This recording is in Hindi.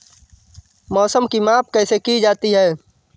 मौसम की माप कैसे की जाती है?